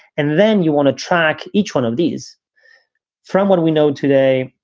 and then you want to track each one of these from what we know today.